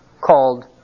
called